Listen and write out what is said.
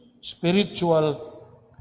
Spiritual